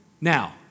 Now